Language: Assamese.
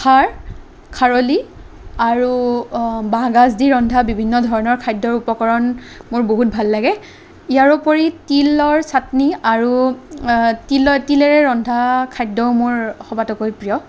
খাৰ খাৰলি আৰু বাঁহগাজ দি ৰন্ধা বিভিন্ন ধৰণৰ খাদ্যৰ উপকৰণ মোৰ বহুত ভাল লাগে ইয়াৰোপৰি তিলৰ চাট্নি আৰু তিল তিলেৰে ৰন্ধা খাদ্য মোৰ সবাতোকৈ প্ৰিয়